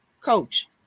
Coach